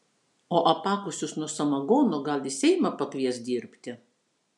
o apakusius nuo samagono gal į seimą pakvies dirbti